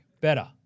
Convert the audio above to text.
better